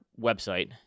website